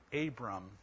Abram